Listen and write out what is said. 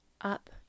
up